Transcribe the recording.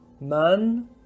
man